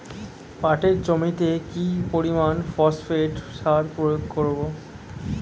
পাটের জমিতে কি পরিমান ফসফেট সার প্রয়োগ করব?